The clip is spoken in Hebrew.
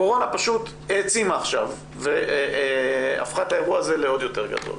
הקורונה פשוט העצימה עכשיו והפכה את האירוע הזה לעוד יותר גדול.